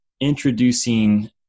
introducing